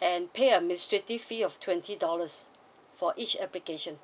and pay a mistreaty fee of twenty dollars for each application